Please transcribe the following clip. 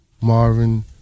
Marvin